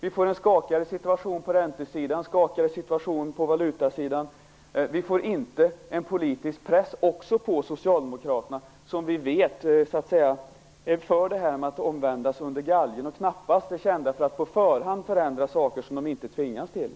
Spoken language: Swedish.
Vi får en skakigare situation på räntesidan och på valutasidan, och vi får inte en politisk press på Socialdemokraterna, som vi vet är för att omvändas under galgen och knappast är kända för att på förhand förändra saker som de inte tvingas till.